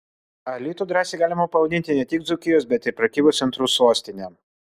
alytų drąsiai galima pavadinti ne tik dzūkijos bet ir prekybos centrų sostine